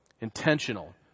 intentional